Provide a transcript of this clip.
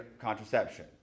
contraception